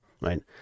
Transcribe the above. right